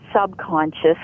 subconscious